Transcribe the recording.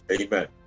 Amen